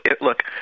Look